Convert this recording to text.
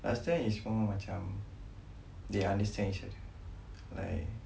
last time is more macam they understand each other like